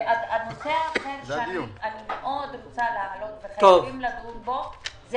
נושא אחר שאני מאוד רוצה להעלות וחייבים לדון בו זה